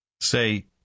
Say